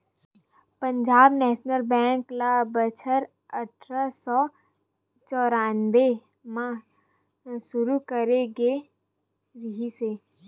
Punjab national bank ल बछर अठरा सौ चौरनबे म सुरू करे गे रिहिस हे